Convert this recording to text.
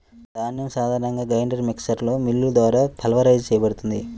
ధాన్యం సాధారణంగా గ్రైండర్ మిక్సర్లో మిల్లులు ద్వారా పల్వరైజ్ చేయబడుతుంది